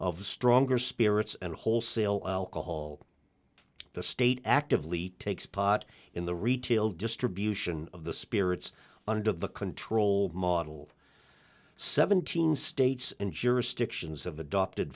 of stronger spirits and wholesale alcohol the state actively takes pot in the retail distribution of the spirits under the control model seventeen states and jurisdictions have adopted